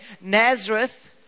Nazareth